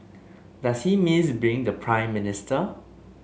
does he miss being the Prime Minister